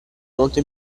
molto